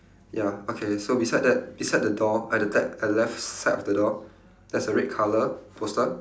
ya okay so beside that beside the door at the pad at the left side of the door there's a red colour poster